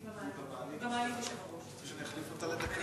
היא במעלית, היושב-ראש.